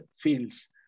fields